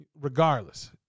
regardless